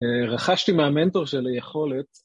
רכשתי מהמנטור שלי היכולת.